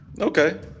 Okay